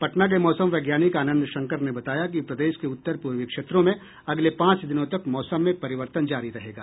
पटना के मौसम वैज्ञानिक आनंद शंकर ने बताया कि प्रदेश के उत्तर पूर्वी क्षेत्रों में अगले पांच दिनों तक मौसम में परिवर्तन जारी रहेगा